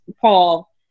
Paul